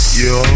yo